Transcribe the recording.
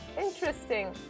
interesting